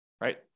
right